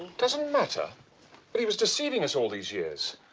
doesn't matter! that he was deceiving us all these years.